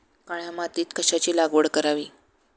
काळ्या मातीत कशाची लागवड करावी?